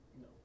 No